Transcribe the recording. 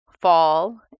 fall